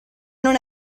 non